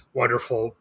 wonderful